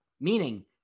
Meaning